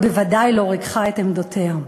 היא בוודאי לא ריככה את עמדותיה.